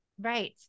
Right